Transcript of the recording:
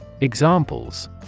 Examples